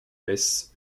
hesse